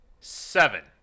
seven